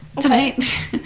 tonight